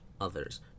others